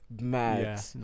Mad